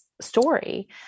story